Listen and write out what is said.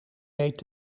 deed